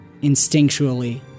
instinctually